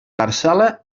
parcel·la